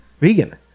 vegan